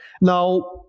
Now